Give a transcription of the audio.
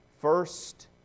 first